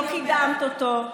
לא קידמת אותו,